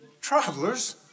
Travelers